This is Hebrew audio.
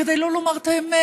כדי לא לומר את האמת,